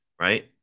right